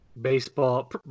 baseball